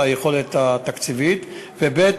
ליכולת התקציבית, ב.